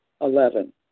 Eleven